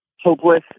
hopeless